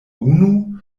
unu